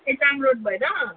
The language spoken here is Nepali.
रोड भएर